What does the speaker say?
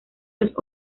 los